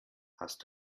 hast